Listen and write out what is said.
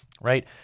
right